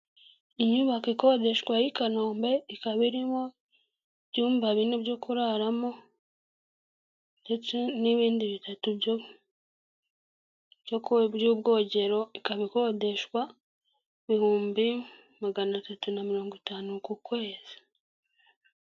Inyubako ikodeshwa y'i Kanombe ikaba irimo ibyumba bine byo kuraramo ndetse n'ibindi bitatu by'ubwogero, ikaba ikodeshwa bihumbi magana atatu na mirongo itanu ku kwezi.